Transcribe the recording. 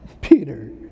Peter